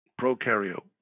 prokaryote